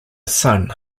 son